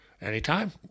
Anytime